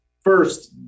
First